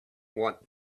want